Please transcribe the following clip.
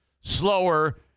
slower